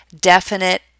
definite